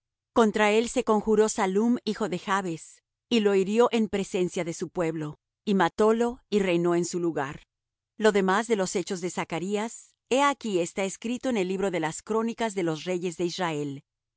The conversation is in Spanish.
contra él se conjuró sallum hijo de jabes y lo hirió en presencia de su pueblo y matólo y reinó en su lugar lo demás de los hechos de zachrías he aquí está escrito en el libro de las crónicas de los reyes de israel